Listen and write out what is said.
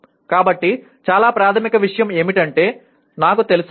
కాబట్టి చాలా ప్రాథమిక విషయం ఏమిటంటే నాకు తెలుసా